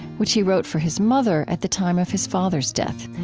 which he wrote for his mother at the time of his father's death.